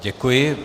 Děkuji.